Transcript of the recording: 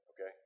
okay